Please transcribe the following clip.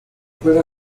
puede